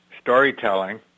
storytelling